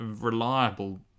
reliable